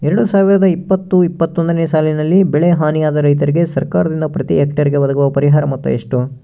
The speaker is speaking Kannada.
ಎರಡು ಸಾವಿರದ ಇಪ್ಪತ್ತು ಇಪ್ಪತ್ತೊಂದನೆ ಸಾಲಿನಲ್ಲಿ ಬೆಳೆ ಹಾನಿಯಾದ ರೈತರಿಗೆ ಸರ್ಕಾರದಿಂದ ಪ್ರತಿ ಹೆಕ್ಟರ್ ಗೆ ಒದಗುವ ಪರಿಹಾರ ಮೊತ್ತ ಎಷ್ಟು?